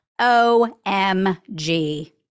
omg